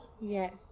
Yes